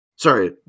Sorry